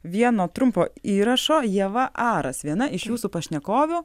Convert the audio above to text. vieno trumpo įrašo ieva aras viena iš jūsų pašnekovių